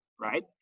right